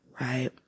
right